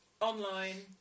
online